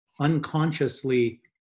unconsciously